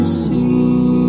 see